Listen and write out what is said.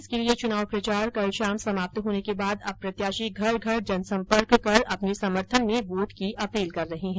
इसके लिए चुनाव प्रचार कल शाम समाप्त होने के बाद अब प्रत्याशी घर घर जनसंपर्क कर अपने समर्थन में वोट की अपील कर रहे है